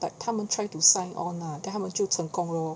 like 他们 try to sign on lah then 他们就成功 lor